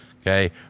Okay